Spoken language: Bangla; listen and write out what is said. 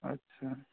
আচ্ছা